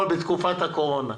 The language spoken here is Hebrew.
בתקופת הקורונה,